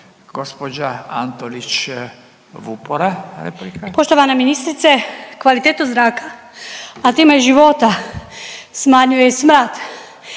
Vupora, Barbara (SDP)** Poštovana ministrice, kvalitetu zraka, a time i života smanjuje i smrad,